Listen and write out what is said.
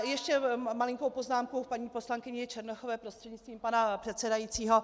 Ještě malinkou poznámku k paní poslankyni Černochové prostřednictvím pana předsedajícího.